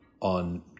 on